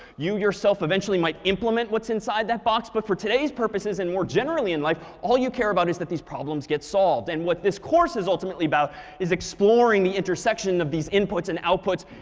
you yourself eventually might implement what's inside that box. but for today's purposes and more generally in life, all you care about is that these problems get solved. and what this course is ultimately about is exploring the intersection of these inputs and outputs,